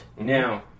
Now